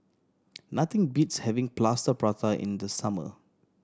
nothing beats having Plaster Prata in the summer